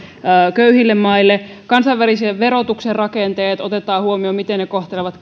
köyhille maille otetaan huomioon kansainvälisen verotuksen rakenteet miten ne kohtelevat